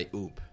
oop